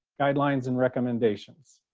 guidelines, and recommendations.